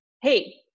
hey